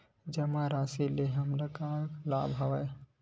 जमा राशि ले हमला का का लाभ हवय?